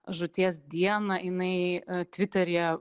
žūties dieną jinai tviteryje